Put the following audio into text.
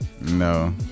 No